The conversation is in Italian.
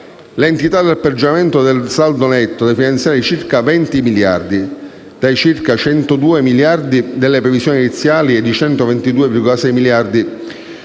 L'entità del peggioramento del saldo netto da finanziare è di circa 20 miliardi (dai circa 102,6 miliardi delle previsioni iniziali a 122,6 miliardi),